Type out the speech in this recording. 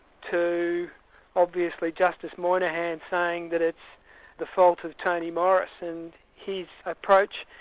to obviously justice moynihan saying that it's the fault of tony morris, and his approach,